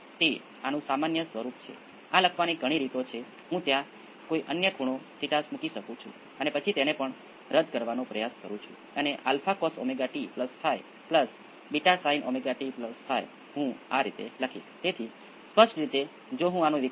તેથી આપણે જાણીએ છીએ કે V c ઓફ t એ A 1 exponential t 1 t plus A 2 exponential p 2 t છે જો અવયવ રીઅલ અને અલગ છે